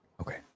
Okay